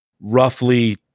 roughly